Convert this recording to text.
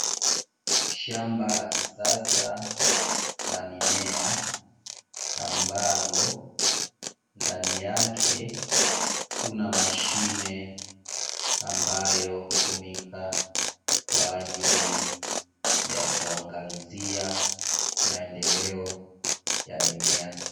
Shamba la kisasa la mimea, ambalo ndani yake kuna mashine ambayo utumika kwaajili ya kuangalizia maendeleo ya mimea.